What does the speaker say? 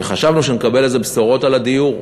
וחשבנו שנקבל בשורות על הדיור.